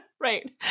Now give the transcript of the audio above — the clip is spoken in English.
right